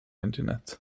internet